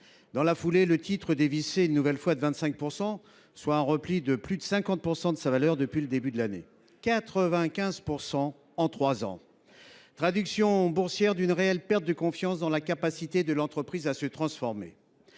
Dans la foulée, le titre dévissait une nouvelle fois de 25 %, soit un repli de plus de 50 % de sa valeur depuis le début de l’année et de 95 % en trois ans, traduction boursière d’une réelle perte de confiance dans la capacité de l’entreprise à se transformer.